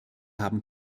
haben